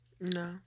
no